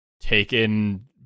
taken